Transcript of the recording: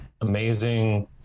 amazing